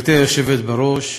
גברתי היושבת בראש,